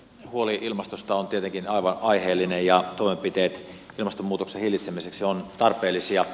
huoli ilmastosta on tietenkin aivan aiheellinen ja toimenpiteet ilmastonmuutoksen hillitsemiseksi ovat tarpeellisia